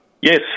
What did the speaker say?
Yes